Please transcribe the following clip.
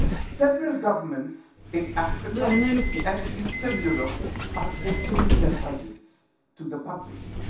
several governments in africa and eastern europe are opening their budgets to the public.